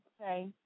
okay